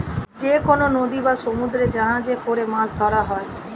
যেকনো নদী বা সমুদ্রে জাহাজে করে মাছ ধরা হয়